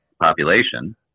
population